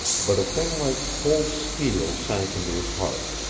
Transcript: but a thing like cold steel sank into his heart,